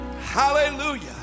Hallelujah